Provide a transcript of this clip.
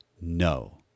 No